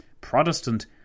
Protestant